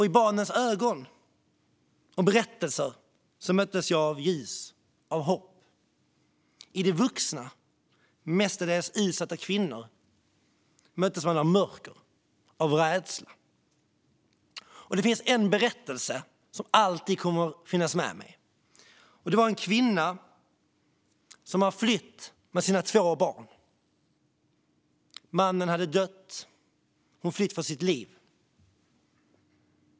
I barnens ögon och berättelser mötte jag ljus och hopp. I de vuxnas, mestadels utsatta kvinnors, ögon mötte jag mörker och rädsla. Det finns en berättelse som alltid kommer att finnas med mig. Det var en kvinna som flytt med sina två barn. Mannen hade dött; hon hade flytt för sitt liv.